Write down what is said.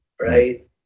right